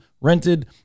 rented